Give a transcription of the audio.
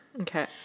Okay